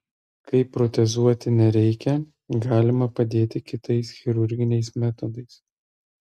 kai protezuoti nereikia galima padėti kitais chirurginiais metodais